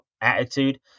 attitude